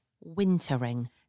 wintering